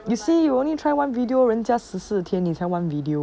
you see you only try one video 人家十四天你才 one video